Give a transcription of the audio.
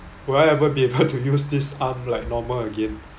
would I ever be able to use this arm like normal again